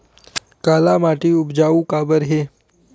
काला माटी उपजाऊ काबर हे?